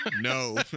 No